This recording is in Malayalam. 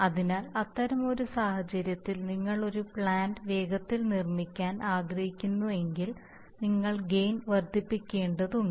അതിനാൽ അത്തരമൊരു സാഹചര്യത്തിൽ നിങ്ങൾ ഒരു പ്ലാന്റ് വേഗത്തിൽ നിർമ്മിക്കാൻ ആഗ്രഹിക്കുന്നുവെങ്കിൽ നിങ്ങൾ ഗെയിൻ വർദ്ധിപ്പിക്കേണ്ടതുണ്ട്